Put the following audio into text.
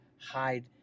hide